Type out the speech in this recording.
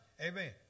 Amen